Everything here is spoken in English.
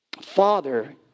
Father